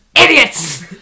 idiots